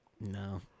No